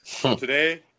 Today